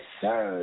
sir